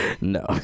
No